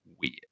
weird